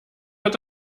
wird